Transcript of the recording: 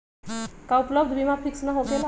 का उपलब्ध बीमा फिक्स न होकेला?